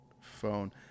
phone